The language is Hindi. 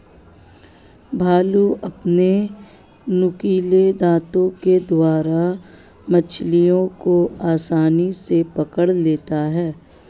भालू अपने नुकीले दातों के द्वारा मछलियों को आसानी से पकड़ लेता है